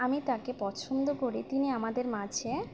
আমি তাকে পছন্দ করে তিনি আমাদের মাঝে